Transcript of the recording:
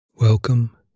Welcome